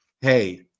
hey